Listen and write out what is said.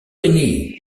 béni